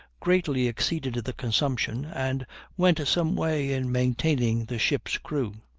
greatly exceeded the consumption, and went some way in maintaining the ship's crew.